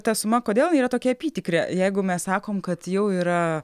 ta suma kodėl yra tokia apytikrė jeigu mes sakom kad jau yra